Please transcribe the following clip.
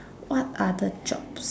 what other jobs